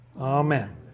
amen